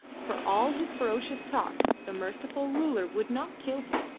for all his ferocious talk, the merciful ruler would not kill him,